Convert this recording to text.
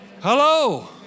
hello